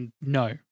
No